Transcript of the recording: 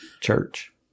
Church